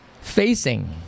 facing